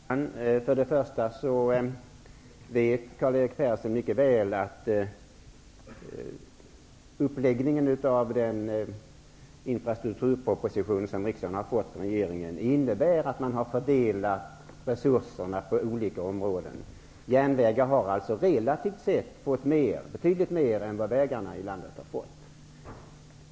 Herr talman! För det första vet Karl-Erik Persson mycket väl att uppläggningen av den infrastrukturproposition som riksdagen har fått från regeringen innebär att man har fördelat resurserna på olika områden. Järnvägarna har alltså relativt sett fått betydligt mer än vad vägarna i landet har fått.